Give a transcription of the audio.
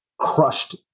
crushed